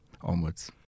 onwards